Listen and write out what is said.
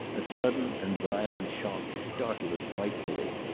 a sudden and violent shock startled us frightfully.